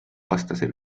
vastase